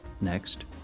Next